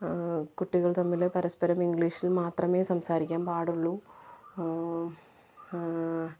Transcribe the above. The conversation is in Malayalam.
കുട്ടികൾ തമ്മിൽ പരസ്പരം ഇംഗ്ലീഷിൽ മാത്രമേ സംസാരിക്കാൻ പാടുള്ളൂ